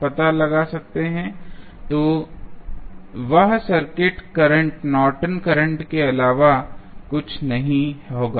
तो वह circuit current Norton current Nortons current के अलावा कुछ नहीं होगा